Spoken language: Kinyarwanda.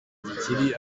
igikeri